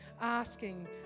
asking